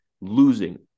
losing